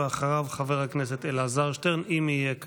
אחריו, חבר הכנסת אלעזר שטרן, אם יהיה כאן.